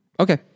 Okay